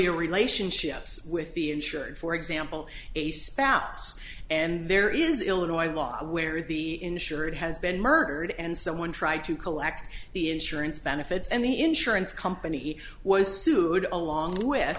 familiar relationships with the insured for example a spouse and there is illinois law where the insured has been murdered and someone tried to collect the insurance benefits and the insurance company was sued along with